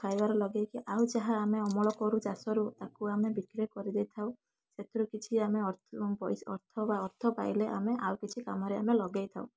ଖାଇବାରେ ଲଗେଇକି ଆଉ ଯାହା ଆମେ ଅମଳ କରୁ ଚାଷରୁ ତାକୁ ଆମେ ବିକ୍ରୀ କରି ଦେଇଥାଉ ସେଥିରୁ କିଛି ଆମେ ଅର୍ଥ ପଇସା ଅର୍ଥ ବା ଅର୍ଥ ପାଇଲେ ଆମେ ଆଉ କିଛି କାମରେ ଆମେ ଲଗାଇ ଥାଉ